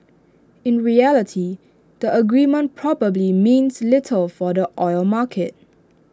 in reality the agreement probably means little for the oil market